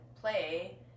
play